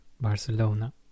Barcelona